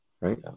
right